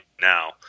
now